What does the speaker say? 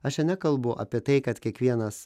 aš čia nekalbu apie tai kad kiekvienas